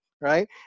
right